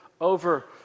over